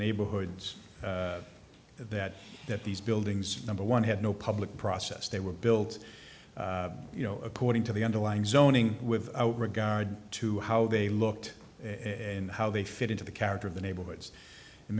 neighborhoods that that these buildings number one had no public process they were built you know according to the underlying zoning with regard to how they looked in how they fit into the character of the neighborhoods in